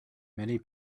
many